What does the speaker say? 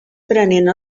prenent